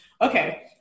okay